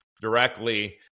directly